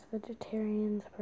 vegetarians